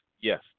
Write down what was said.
Yes